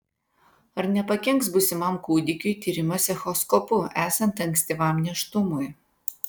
ar nepakenks būsimam kūdikiui tyrimas echoskopu esant ankstyvam nėštumui